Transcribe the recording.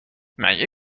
مگه